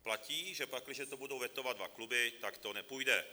Platí, že pakliže to budou vetovat dva kluby, tak to nepůjde.